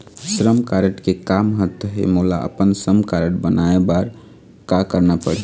श्रम कारड के का महत्व हे, मोला अपन श्रम कारड बनवाए बार का करना पढ़ही?